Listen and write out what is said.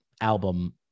album